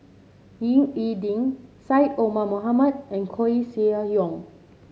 Ying E Ding Syed Omar Mohamed and Koeh Sia Yong